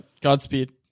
Godspeed